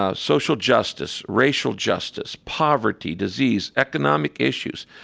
ah social justice, racial justice, poverty, disease, economic issues.